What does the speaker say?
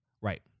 Right